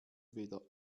weder